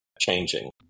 changing